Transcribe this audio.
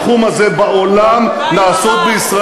קרוב ל-10% מההשקעות בתחום הזה בעולם נעשות בישראל,